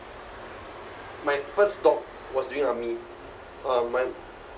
my first dog was during army um my